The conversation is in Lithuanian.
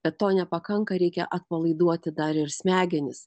bet to nepakanka reikia atpalaiduoti dar ir smegenis